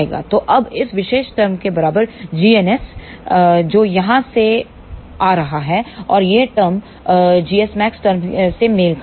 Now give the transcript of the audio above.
तो अब इस विशेष टरम के बराबर gns जो यहाँ से आ रहा है और यह टरम gsmax टरम से मेल खाता है